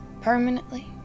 permanently